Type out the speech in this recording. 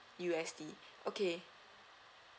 U_S_D okay